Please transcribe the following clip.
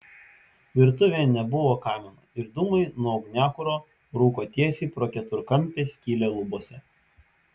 virtuvėje nebuvo kamino ir dūmai nuo ugniakuro rūko tiesiai pro keturkampę skylę lubose